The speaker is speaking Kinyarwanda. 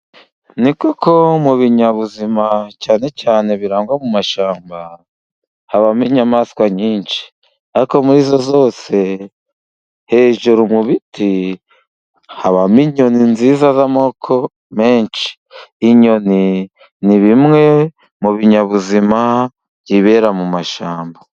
Ni koko mu binyabuzima cyane cyane birangwa mu mashyamba habamo inyamaswa nyinshi, ariko muri izo zose hejuru mu biti habamo inyoni nziza z'amoko menshi, inyoni ni bimwe mu binyabuzima byibera mu mashyamba.